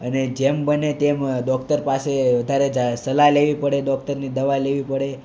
અને જેમ બને તેમ ડોક્ટર પાસે વધારે સલાહ લેવી પડે ડોક્ટરની દવા લેવી પડે